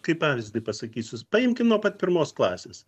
kaip pavyzdį pasakysiu paimkim nuo pat pirmos klasės